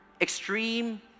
extreme